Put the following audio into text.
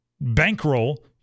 bankroll